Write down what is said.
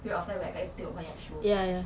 a period of time where kak tengok a lot of shows